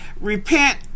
repent